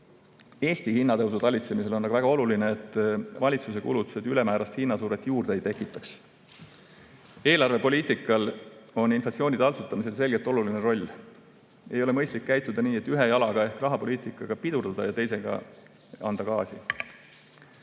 Eesti hinnatõusu talitsemisel on aga väga oluline, et valitsuse kulutused ülemäärast hinnasurvet juurde ei tekitaks. Eelarvepoliitikal on inflatsiooni taltsutamisel selgelt oluline roll. Ei ole mõistlik käituda nii, et ühe jalaga ehk rahapoliitikaga pidurdatakse ja teisega antakse gaasi.